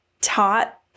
taught